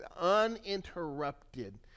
uninterrupted